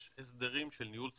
יש הסדרים של ניהול סיכונים,